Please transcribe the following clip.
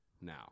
now